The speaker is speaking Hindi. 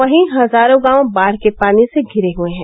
वहीं हजारों गांव बाढ़ के पानी से धिरे हुए हैं